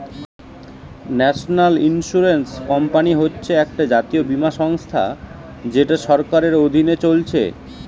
national insurance company হচ্ছে একটা জাতীয় বীমা সংস্থা যেটা সরকারের অধীনে চলছে